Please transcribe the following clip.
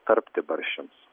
tarpti barščiams